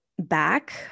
back